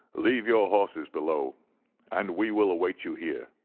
leave your horses below and we will await you here,